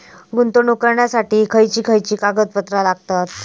गुंतवणूक करण्यासाठी खयची खयची कागदपत्रा लागतात?